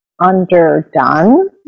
underdone